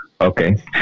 Okay